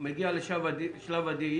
מגיע לשלב הדאייה,